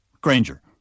Granger